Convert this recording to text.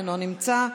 אינו נמצא.